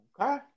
Okay